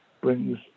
brings